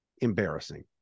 embarrassing